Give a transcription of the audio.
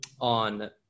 on